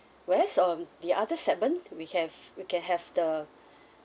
whereas um the other segment we have we can have the